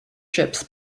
ships